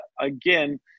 again